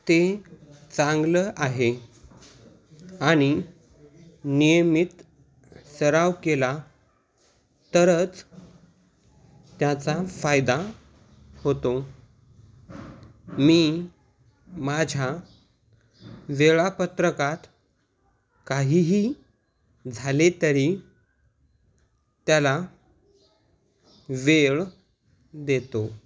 ते चांगलं आहे आणि नियमित सराव केला तरच त्याचा फायदा होतो मी माझ्या वेळापत्रकात काहीही झाले तरी त्याला वेळ देतो